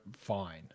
fine